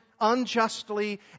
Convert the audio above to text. unjustly